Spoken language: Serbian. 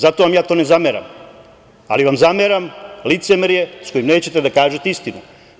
Zato vam ja to ne zameram, ali vam zameram licemerje sa kojim nećete da kažete istinu.